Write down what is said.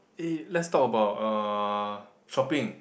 eh let's talk about uh shopping